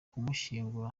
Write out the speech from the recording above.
kumushyingura